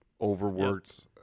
overworked